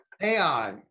ai